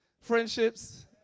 friendships